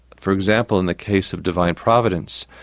for example, in the case of divine providence,